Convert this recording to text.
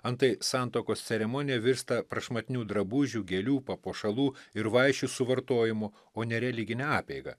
antai santuokos ceremonija virsta prašmatnių drabužių gėlių papuošalų ir vaišių suvartojimu o ne religine apeiga